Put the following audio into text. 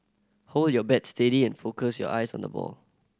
hold your bat steady and focus your eyes on the ball